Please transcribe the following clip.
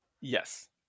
Yes